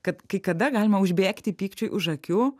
kad kai kada galima užbėgti pykčiui už akių